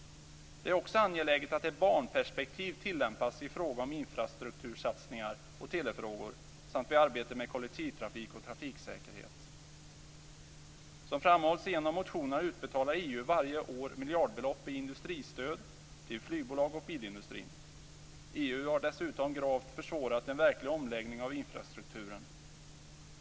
Det är också angeläget att ett barnperspektiv tillämpas i fråga om infrastruktursatsningar och telefrågor samt vid arbetet med kollektivtrafik och trafiksäkerhet. Som framhålls i en av motionerna utbetalar EU varje år miljardbelopp i industristöd till flygbolag och bilindustrin. EU har dessutom gravt försvårat en verklig omläggning av infrastrukturen.